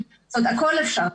זאת אומרת הכל אפשר,